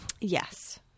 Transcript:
Yes